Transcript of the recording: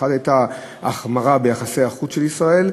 אחת הייתה ההחמרה ביחסי החוץ של ישראל,